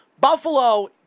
Buffalo